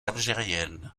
algérienne